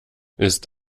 ist